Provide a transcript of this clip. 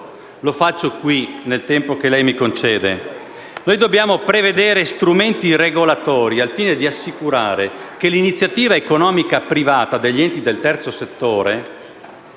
lo faccio qui, nel tempo che lei mi concede. Noi dobbiamo «prevedere strumenti regolatori al fine di assicurare che l'iniziativa economica privata degli enti del terzo settore